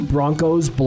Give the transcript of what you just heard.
Broncos